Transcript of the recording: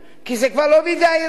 כי זה כבר לא בידי העירייה.